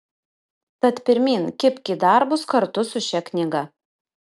tad pirmyn kibk į darbus kartu su šia knyga